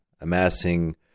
amassing